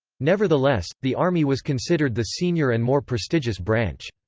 nevertheless, the army was considered the senior and more prestigious branch.